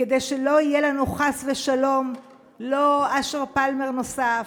כדי שלא יהיו לנו חס ושלום אשר פלמר נוסף,